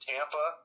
Tampa